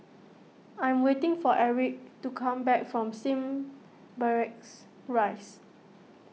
I am waiting for Erich to come back from Slim Barracks Rise